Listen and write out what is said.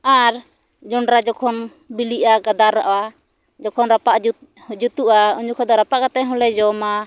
ᱟᱨ ᱡᱚᱸᱰᱨᱟ ᱡᱚᱠᱷᱚᱱ ᱵᱤᱞᱤᱜᱼᱟ ᱜᱟᱫᱟᱨᱚᱜᱼᱟ ᱡᱚᱠᱷᱚᱱ ᱨᱟᱯᱟᱜ ᱡᱩᱛ ᱡᱩᱛᱩᱜᱼᱟ ᱩᱱ ᱡᱩᱠᱷᱚᱱ ᱫᱚ ᱨᱟᱯᱟᱜ ᱠᱟᱛᱮ ᱦᱚᱸᱞᱮ ᱡᱚᱢᱟ